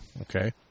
Okay